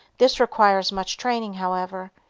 this requires much training, however.